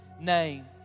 name